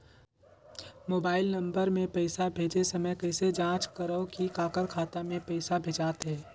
Mobile number मे पइसा भेजे समय कइसे जांच करव की काकर खाता मे पइसा भेजात हे?